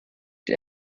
die